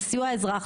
לסיוע לאזרח,